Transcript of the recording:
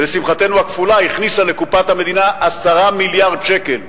ולשמחתנו הכפולה הכניסה לקופת המדינה 10 מיליארד שקל.